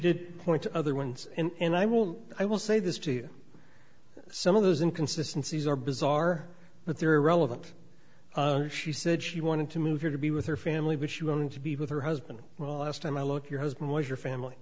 did point to other ones and i will i will say this to you some of those in consistencies are bizarre but they're relevant she said she wanted to move her to be with her family but she wanted to be with her husband well last time i looked your husband was your family